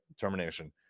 termination